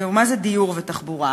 מה זה דיור ותחבורה?